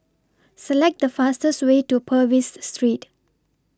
Select The fastest Way to Purvis Street